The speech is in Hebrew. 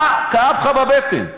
מה כאב לך בבטן?